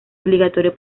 obligatorio